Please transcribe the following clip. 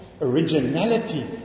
originality